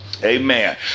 Amen